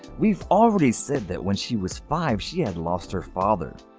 we've already said that when she was five she and lost her father.